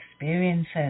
experiences